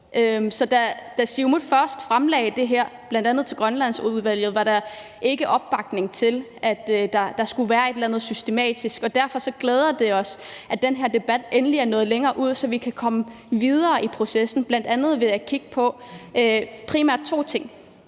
Da Siumut først fremlagde det her, bl.a. for Grønlandsudvalget, var der ikke opbakning til, at der skulle være et eller andet systematisk, og derfor glæder det os, at den her debat endelig er nået længere ud, så vi kan komme videre i processen, bl.a. ved at kigge på primært to ting: